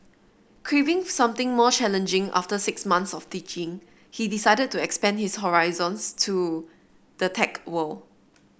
craving something more challenging after six months of teaching he decided to expand his horizons to the tech world